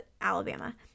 Alabama